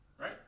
right